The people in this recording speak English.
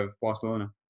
Barcelona